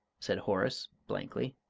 said horace, blankly.